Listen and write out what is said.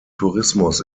tourismus